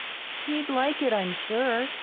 he'd like it, i'm sure,